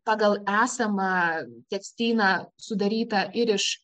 pagal esamą tekstyną sudarytą ir iš